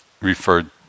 referred